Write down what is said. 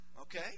Okay